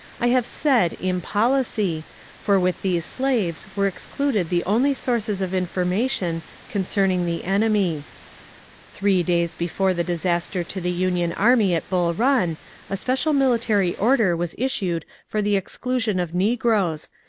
i have said im policy for with these slaves were excluded the only sources of information concerning the enemy three days before the disaster to the union army at bull run a special mili tary order was issued for the exclusion of negroes,